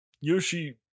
Yoshi